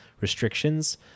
restrictions